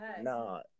no